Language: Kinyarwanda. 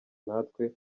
natwe